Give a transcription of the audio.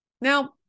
Now